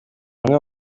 amwe